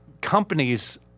companies